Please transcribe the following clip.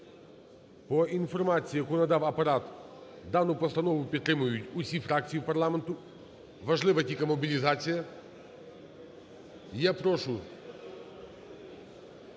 По інформації, яку надав Апарат, дану постанову підтримують всі фракції парламенту, важлива тільки мобілізація.